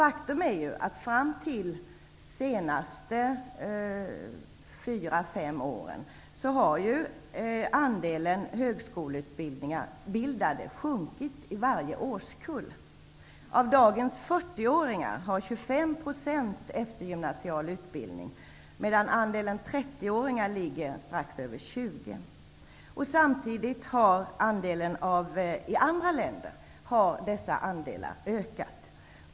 Faktum är ju att andelen högskoleutbildade ända fram till de senaste fyra fem åren har sjunkit i varje årskull. Av dagens 40-åringar har 25 % 30-åringarna ligger strax över 20 %. Samtidigt har andelen högre utbildade i andra länder ökat.